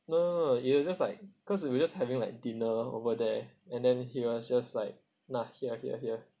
no no no it was just like cause we were just having like dinner over there and then he was just like nah here here here